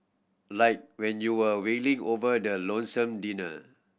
like when you're wailing over the lonesome dinner